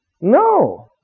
No